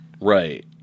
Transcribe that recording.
Right